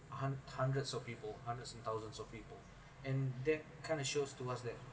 hun~ hundreds of people hundreds and thousands of people and that kind of shows to us that